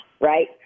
right